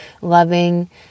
loving